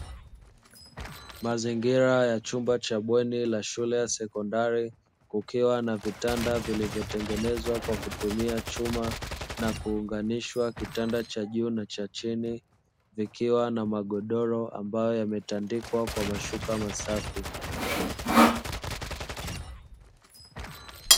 Mazingira ya chumba cha bweni la shule ya sekondari kukiwa na vitanda vilivyotengenezwa kwa kutumia chuma na kuunganisha kitanda cha juu na cha chini vikiwa na magodoro ambayo yametandikwa kwa mashuka masafi.